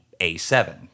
A7